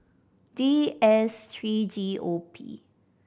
D S three G O P